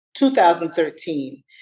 2013